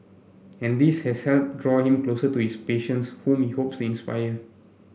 and this has helped draw him closer to his patients whom he hopes to inspire